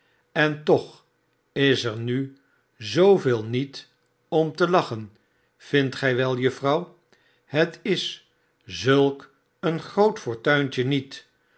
en toch is er nu zooveel niet om te lachen vindt gij wel juffrouw het is zulk een groot fortuintje niet